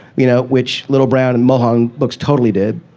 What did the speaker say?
you know, which little, brown and mohawk books totally did.